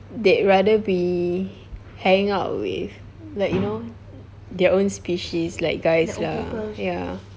they rather be hanging out with like you know their own species like guys ya ya